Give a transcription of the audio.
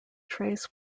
trace